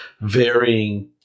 varying